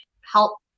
help